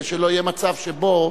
כדי שלא יהיה מצב שבו